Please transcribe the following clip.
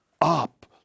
up